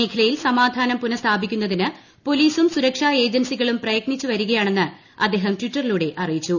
മേഖലയിൽ സമാധാനം പുനഃസ്ഥാപിക്കുന്നതിന് പൊലീസും സുരക്ഷാ ഏജൻസികളും പ്രയത്നിച്ചുവരികയാണെന്ന് അദ്ദേഹം ട്വിറ്ററിലൂടെ അറിയിച്ചു